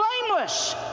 blameless